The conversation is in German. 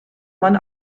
man